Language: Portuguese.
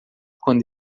quando